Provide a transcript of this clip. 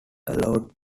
allowed